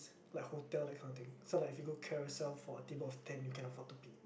like hotel that kind of thing so like if you go Carousel for a table of ten you can afford to pay